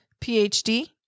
PhD